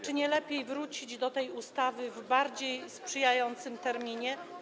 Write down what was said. Czy nie lepiej wrócić do tej ustawy w bardziej sprzyjającym terminie?